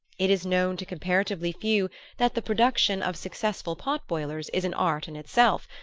it is known to comparatively few that the production of successful pot-boilers is an art in itself,